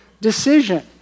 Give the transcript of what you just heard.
decision